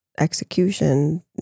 execution